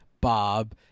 bob